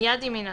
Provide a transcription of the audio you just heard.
מיד עם הינתנה,